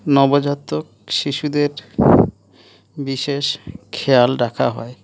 নবজাতক শিশুদের বিশেষ খেয়াল রাখা হয়